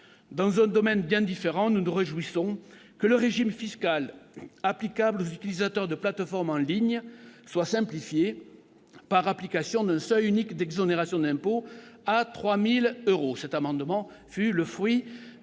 Dans un domaine bien différent, nous nous réjouissons que le régime fiscal applicable aux utilisateurs de plateformes en ligne soit simplifié par application d'un seuil unique d'exonération d'impôt à 3 000 euros.